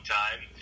time